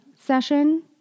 session